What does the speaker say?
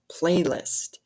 playlist